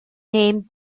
named